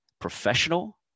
professional